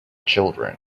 children